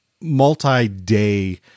multi-day